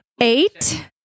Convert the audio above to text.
Eight